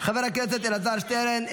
חבר הכנסת אלעזר שטרן,